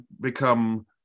become